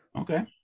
okay